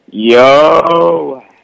Yo